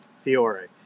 Fiore